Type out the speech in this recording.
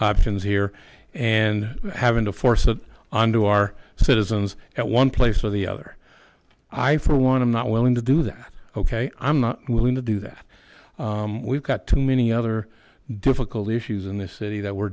options here and having to force it onto our citizens at one place or the other i for one am not willing to do that ok i'm not willing to do that we've got too many other difficult issues in this city that we're